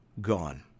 gone